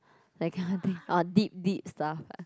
that kind of thing ah deep deep stuff ah